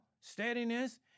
steadiness